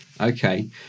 Okay